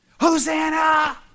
Hosanna